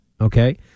okay